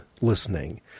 listening